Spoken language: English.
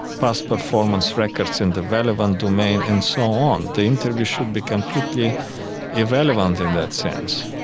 past performance records in the relevant domain and so on. the interview should be completely irrelevant in that sense.